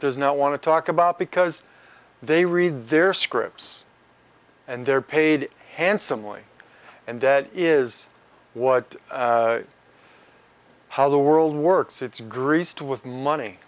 does not want to talk about because they read their scripts and they're paid handsomely and that is what how the world works it's grease to with money